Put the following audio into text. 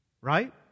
right